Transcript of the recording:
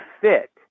fit